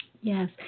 Yes